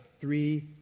three